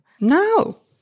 No